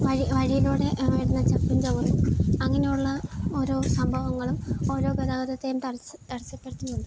വഴിയിലൂടെ വരുന്ന ചപ്പും ചവറും അങ്ങനെയുള്ള ഓരോ സംഭവങ്ങളും ഓരോ ഗതാഗതത്തെയും തടസപ്പെടുത്തുന്നുണ്ട്